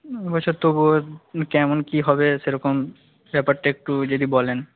বছর তবুও কেমন কী হবে সেরকম ব্যাপারটা একটু যদি বলেন